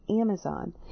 Amazon